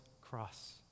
cross